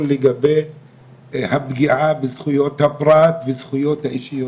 לגבי הפגיעה בזכויות הפרט ובזכויות האישיות.